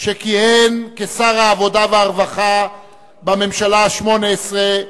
שכיהן כשר העבודה והרווחה בממשלה השמונה-עשרה,